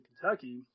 Kentucky